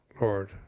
Lord